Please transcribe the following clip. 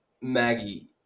Maggie